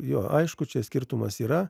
jo aišku čia skirtumas yra